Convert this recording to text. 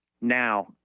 Now